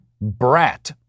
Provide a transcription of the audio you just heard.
brat